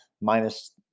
minus